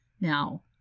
Now